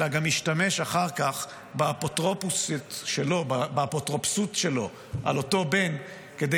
אלא גם השתמש אחר כך באפוטרופסות שלו על אותו בן כדי